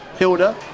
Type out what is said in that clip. Hilda